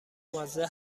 مزه